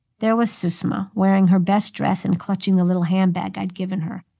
there was susma, wearing her best dress and clutching a little handbag i'd given her,